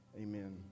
amen